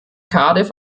cardiff